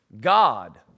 God